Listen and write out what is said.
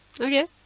Okay